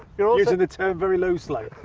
you are ah using the term very loosely.